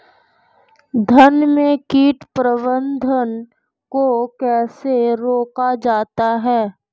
धान में कीट प्रबंधन को कैसे रोका जाता है?